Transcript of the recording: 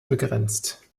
begrenzt